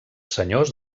senyors